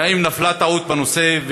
והאם נפלה טעות בנושא,